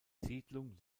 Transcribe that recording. siedlung